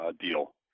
deal